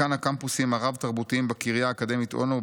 דיקן הקמפוסים הרב-תרבותיים בקריה האקדמית אונו,